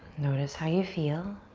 notice how you feel.